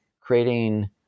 creating